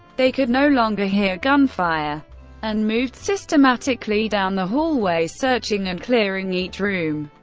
they could no longer hear gunfire and moved systematically down the hallway, searching and clearing each room,